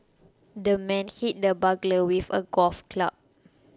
the man hit the burglar with a golf club